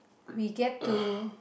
we get to